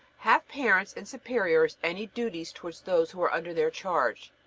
have parents and superiors any duties towards those who are under their charge?